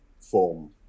form